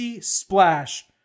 splash